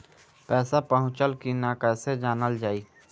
पैसा पहुचल की न कैसे जानल जाइ?